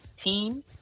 team